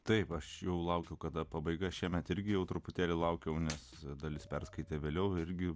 taip aš jau laukiau kada pabaiga šiemet irgi jau truputėlį laukiau nes dalis perskaitė vėliau irgi